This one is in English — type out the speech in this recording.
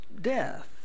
death